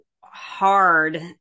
hard